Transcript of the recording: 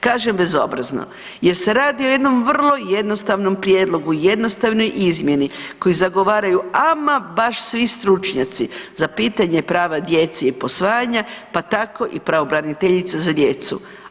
Kažem bezobrazno jer se radi o jednom vrlo jednostavnom prijedlogu, jednostavnoj izmjenu koju zagovaraju ama baš svi stručnjaci za pitanje prava djeci … [[ne razumije se]] posvajanja, pa tako i pravobraniteljica za djecu.